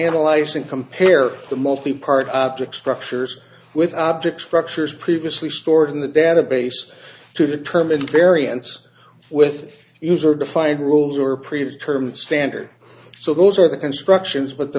analyzing compare the multipart objects structures with objects structures previously stored in the database to determine variance with user defined rules or previous permits standard so those are the constructions with the